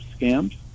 scammed